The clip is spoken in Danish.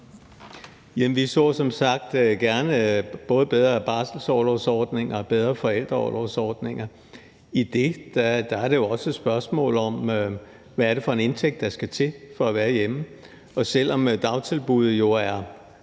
vi så som sagt gerne både bedre barselsorlovsordninger og bedre forældreorlovsordninger. I det er det jo også et spørgsmål om, hvad det er for en indtægt, der skal til for at være hjemme. For selv om dagtilbud koster